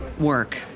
work